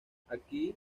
aquí